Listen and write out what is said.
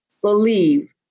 believe